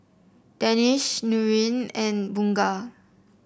Danish Nurin and Bunga